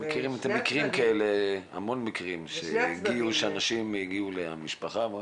אנחנו מכירים הרבה מקרים שאנשים הגיעו למשפחה ואמרו